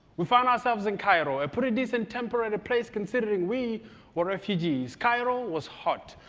we found ourselves in cairo, a pretty decent temporary place considering we were refugees. cairo was hot,